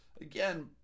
Again